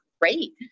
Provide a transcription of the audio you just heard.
great